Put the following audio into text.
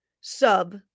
sub